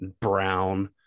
brown